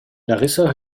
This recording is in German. larissa